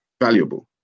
valuable